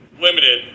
Limited